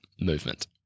movement